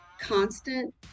constant